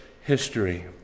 history